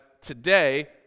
today